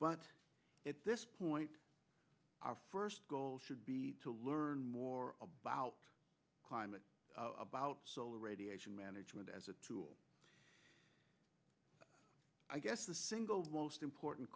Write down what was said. but at this point our first goal should be to learn more about climate about solar radiation management as a tool i guess the single most important